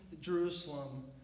Jerusalem